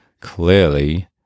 clearly